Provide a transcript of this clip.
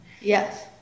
Yes